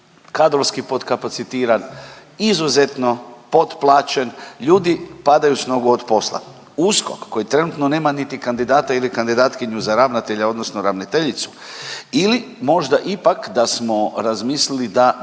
kadrovski podkapacitiran, izuzetno potplaćen, ljudi padaju s nogu od posla. USKOK koji trenutno nema niti kandidata ili kandidatkinju za ravnatelja odnosno ravnateljicu. Ili možda ipak da smo razmislili da